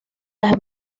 las